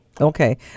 Okay